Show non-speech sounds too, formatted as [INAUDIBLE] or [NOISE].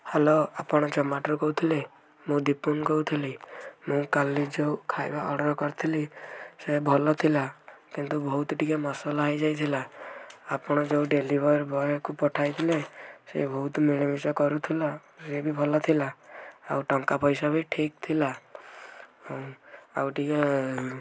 hello ଆପଣ ଜୋମାଟୋରୁ କହୁଥିଲେ ମୁଁ ଦୀପୁନ କହୁଥିଲି ମୁଁ କାଲି ଯେଉଁ ଖାଇବା ଅର୍ଡ଼ର କରିଥିଲି ସେ ଭଲ ଥିଲା କିନ୍ତୁ ବହୁତ ଟିକେ ମସଲା ହେଇଯାଇଥିଲା ଆପଣ ଯେଉଁ ଡେଲିଭର ବୟକୁ ପଠାଇଥିଲେ ସେ ବହୁତ [UNINTELLIGIBLE] କରୁଥିଲା ସିଏ ବି ଭଲ ଥିଲା ଆଉ ଟଙ୍କା ପଇସା ବି ଠିକ୍ ଥିଲା ଆଉ ଟିକେ